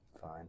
Fine